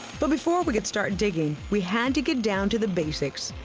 but before we could start digging, we had to get down to the basics.